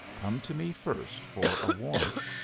come to me first for a warrant.